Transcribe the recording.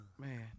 Man